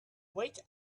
wait